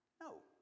No